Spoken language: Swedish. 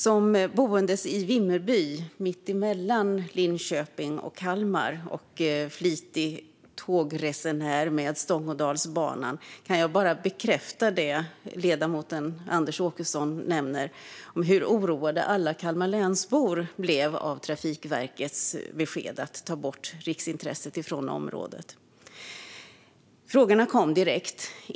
Som boende i Vimmerby, mitt emellan Linköping och Kalmar, och flitig tågresenär på Stångådalsbanan kan jag bekräfta det som Anders Åkesson tar upp om hur oroade alla Kalmarlänsbor blev av Trafikverkets besked om att ta bort riksintresset från området. Frågorna kom direkt.